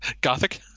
gothic